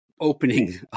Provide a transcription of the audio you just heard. opening